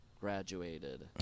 graduated